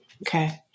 Okay